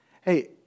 hey